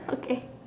okay